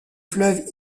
fleuve